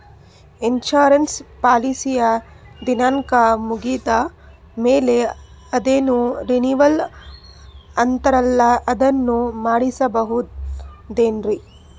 Insurance ಪಾಲಿಸಿಯ ದಿನಾಂಕ ಮುಗಿದ ಮೇಲೆ ಅದೇನೋ ರಿನೀವಲ್ ಅಂತಾರಲ್ಲ ಅದನ್ನು ಮಾಡಿಸಬಹುದೇನ್ರಿ?